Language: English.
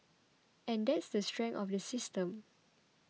and that's the strength of the system